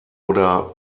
oder